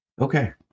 Okay